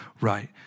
right